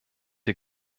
der